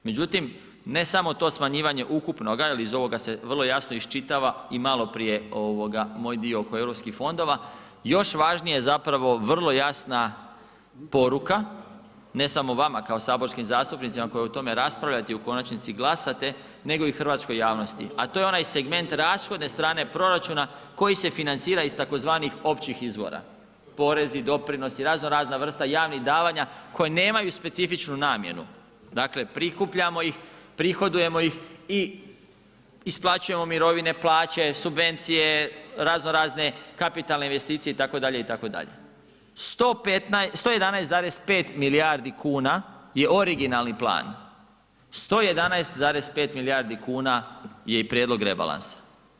Međutim, ne samo to smanjivanje ukupnoga jel iz ovoga se vrlo jasno iščitava i maloprije moj dio oko europskih fondova, još važnije zapravo vrlo jasna poruka, ne samo vama kao saborskim zastupnicima koji o tome raspravljate i u konačnici glasate nego i hrvatskoj javnosti, a to je onaj segment rashodne strane proračuna koji se financira iz tzv. općih izvora, porezi, doprinosi, raznorazna vrsta javnih davanja koja nemaju specifičnu namjenu, dakle prikupljamo ih, prihodujemo ih i isplaćujemo mirovine, plaće, subvencije, raznorazne kapitalne investicije itd., itd. 11,5 milijardi kuna je originalni plan, 11,5 milijardi kuna je i prijedlog rebalansa.